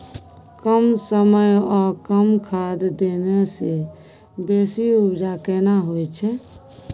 कम समय ओ कम खाद देने से बेसी उपजा केना होय छै?